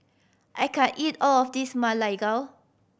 I can't eat all of this Ma Lai Gao